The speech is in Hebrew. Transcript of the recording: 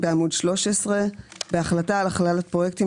בעמוד 13. (ג3) בהחלטה על הכללת פרויקטים